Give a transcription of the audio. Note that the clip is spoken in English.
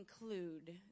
include